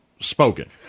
spoken